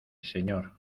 señor